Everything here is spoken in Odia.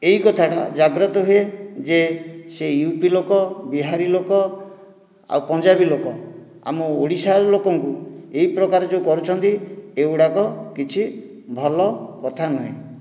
ଏଇ କଥାଟା ଜାଗ୍ରତ ହୁଏ ଯେ ସେ ୟୁ ପି ଲୋକ ବିହାରୀ ଲୋକ ଆଉ ପଞ୍ଜାବୀ ଲୋକ ଆମ ଓଡ଼ିଶାର ଲୋକଙ୍କୁ ଏଇ ପ୍ରକାର ଯେଉଁ କରୁଛନ୍ତି ଏଇଗୁଡ଼ାକ କିଛି ଭଲ କଥା ନୁହେଁ